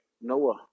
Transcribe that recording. Noah